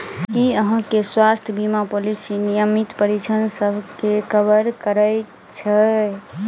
की अहाँ केँ स्वास्थ्य बीमा पॉलिसी नियमित परीक्षणसभ केँ कवर करे है?